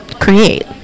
create